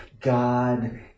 God